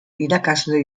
irakasle